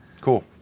cool